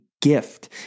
gift